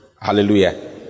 Hallelujah